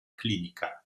clinica